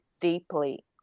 deeply